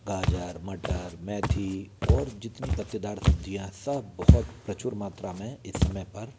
गाजर मटर मेथी और जितनी पत्तेदार सब्ज़ियाँ हैं सब बहुत प्रचुर मात्रा में इस समय पर